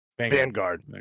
Vanguard